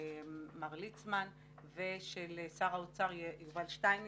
מר ליצמן ושל שר האוצר יובל שטייניץ,